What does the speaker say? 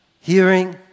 Hearing